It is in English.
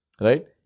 Right